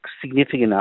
significant